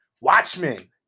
Watchmen